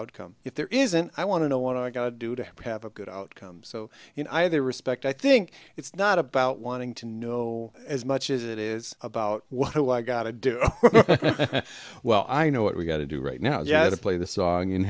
outcome if there isn't i want to know what i gotta do to have a good outcome so you know i have the respect i think it's not about wanting to know as much as it is about what do i gotta do well i know what we've got to do right now yeah to play the song in